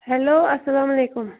hello السلام علیکُم